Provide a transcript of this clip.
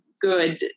good